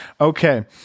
okay